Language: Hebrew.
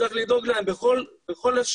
צריך לדאוג להם בכל אפשרות